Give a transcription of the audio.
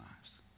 lives